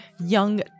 young